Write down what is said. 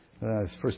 first